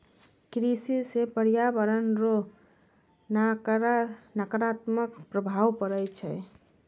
कृषि से प्रर्यावरण रो नकारात्मक प्रभाव पड़ै छै